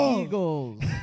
Eagles